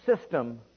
system